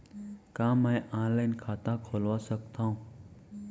का मैं ऑनलाइन खाता खोलवा सकथव?